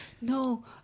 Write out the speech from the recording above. no